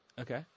Okay